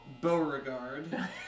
Beauregard